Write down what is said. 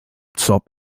zob